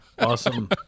Awesome